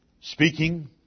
speaking